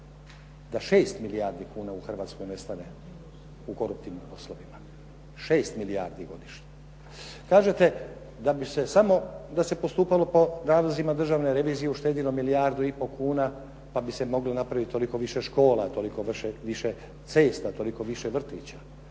da 6 milijardi kuna u Hrvatskoj nestane u koruptivnim poslovima, 6 milijardi godišnje, kažete da bi se samo, da se postupalo po nalozima državne revizije uštedjelo milijardu i pol kuna pa bi se moglo napraviti toliko više škola, toliko više vrtića, moglo bi se.